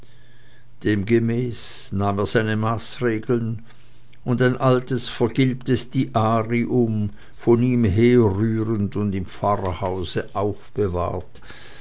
demgemäß nahm er seine maßregeln und ein altes vergilbtes diarium von ihm herrührend und im pfarrhause aufbewahrt